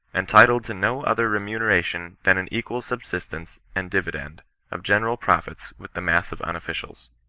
entitled to no other remune ration than an equal subsistence and dividend of general profits with the mass of unofficials.